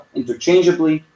interchangeably